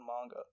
manga